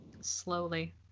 Slowly